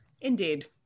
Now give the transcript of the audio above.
Indeed